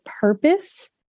purpose